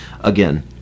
again